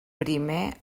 primer